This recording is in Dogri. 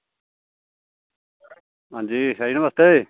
हंजी शाह जी नमस्ते